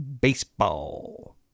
Baseball